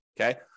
okay